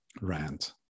rant